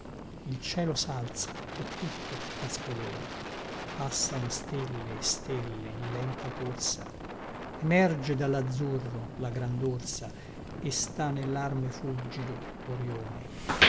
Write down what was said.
il cielo salza e tutto trascolora passano stelle e stelle in lenta corsa emerge dallazzurro la grandorsa e sta nellarme fulgido orïone